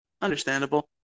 Understandable